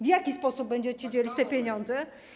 W jaki sposób będziecie dzielić te pieniądze?